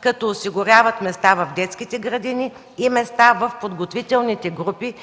като осигуряват места в детските градини и в подготвителните групи,